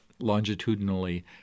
longitudinally